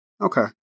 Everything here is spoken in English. Okay